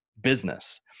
business